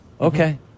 Okay